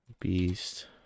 Beast